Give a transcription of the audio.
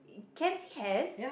Cass has